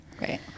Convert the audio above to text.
Right